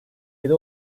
yedi